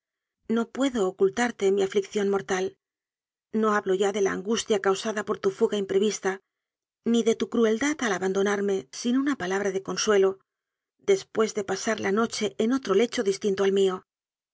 no puedo ocultarte mi aflicción mortal no hablo ya de la angustia causada por tu fuga imprevista ni de tu crueldad al abandonarme sin una palabra de consuelo después de pasar la noche en otro lecho distinto del mío